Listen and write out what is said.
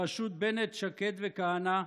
בראשות בנט, שקד וכהנא,